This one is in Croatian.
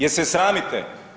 Jel se sramite?